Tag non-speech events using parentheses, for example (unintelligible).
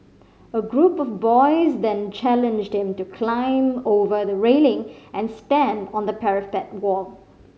a group of boys then challenged him to climb over the railing and stand on the parapet (unintelligible)